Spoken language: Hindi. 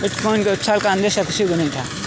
बिटकॉइन के उछाल का अंदेशा किसी को नही था